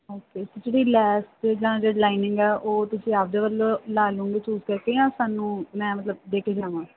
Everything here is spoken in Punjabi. ਓਕੇ ਜਿਹੜੀ ਲੈਸ ਦੇ ਜਾਂ ਜਿਹੜੀ ਲਾਈਨਿੰਗ ਹੈ ਉਹ ਤੁਸੀਂ ਆਪਦੇ ਵੱਲੋਂ ਲਾ ਲਉਂਗੇ ਚੂਜ਼ ਕਰਕੇ ਜਾਂ ਸਾਨੂੰ ਮੈਂ ਮਤਲਬ ਦੇ ਕੇ ਜਾਵਾਂ